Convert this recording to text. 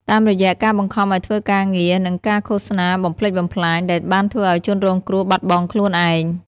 តាមរយៈការបង្ខំឲ្យធ្វើការងារ និងការឃោសនាបំផ្លិចបំផ្លាញ ដែលបានធ្វើឲ្យជនរងគ្រោះបាត់បង់ខ្លួនឯង។